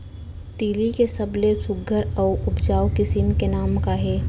तिलि के सबले सुघ्घर अऊ उपजाऊ किसिम के नाम का हे?